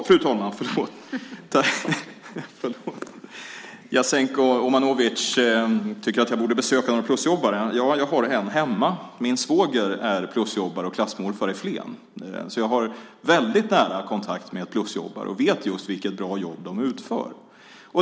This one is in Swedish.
Fru talman! Jasenko Omanovic tycker att jag borde besöka någon plusjobbare. Ja, jag har en hemma. Min svåger är plusjobbare och klassmorfar i Flen, så jag har väldigt nära kontakt med plusjobbare och vet just vilket bra jobb de utför.